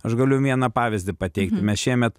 aš galiu jum vieną pavyzdį pateikti mes šiemet